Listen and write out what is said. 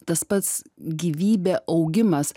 tas pats gyvybė augimas